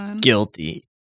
guilty